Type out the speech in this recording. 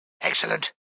Excellent